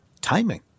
timing